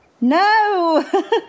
No